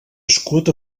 escut